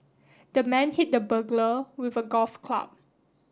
the man hit the burglar with a golf club